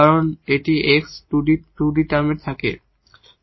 কারণ এটি 𝑥 2𝐷 2 টার্ম হবে